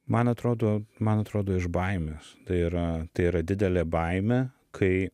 man atrodo man atrodo iš baimės tai yra tai yra didelė baimė kai